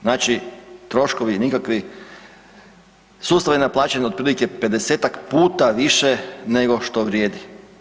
Znači troškovi nikakvi, sustav je naplaćen otprilike 50-ak puta više nego što vrijedi.